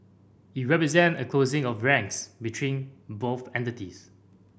it represent a closing of ranks between both entities